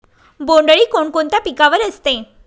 बोंडअळी कोणकोणत्या पिकावर असते?